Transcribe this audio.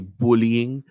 bullying